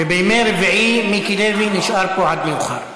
ובימי רביעי מיקי לוי נשאר פה עד מאוחר.